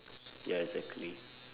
ya exactly